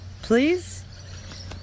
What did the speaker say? please